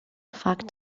fact